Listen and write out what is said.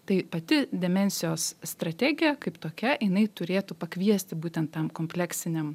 tai pati demencijos strategija kaip tokia jinai turėtų pakviesti būtent tam kompleksiniam